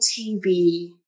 TV